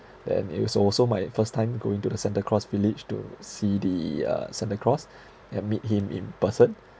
then it was also my first time going to the santa claus village to see the uh santa claus and meet him in person